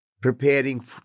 preparing